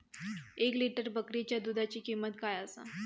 एक लिटर बकरीच्या दुधाची किंमत काय आसा?